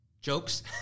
jokes